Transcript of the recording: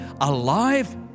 alive